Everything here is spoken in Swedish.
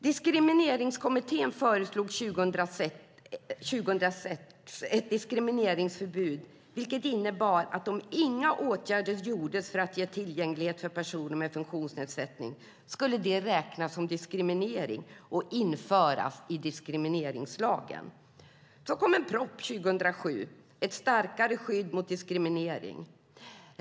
Diskrimineringskommittén föreslog 2006 ett diskrimineringsförbud, vilket innebar att om inga åtgärder vidtogs för att ge tillgänglighet för personer med funktionsnedsättning skulle det räknas som diskriminering och införas i diskrimineringslagen. Det kom en proposition 2007, Ett starkare skydd mot diskriminering .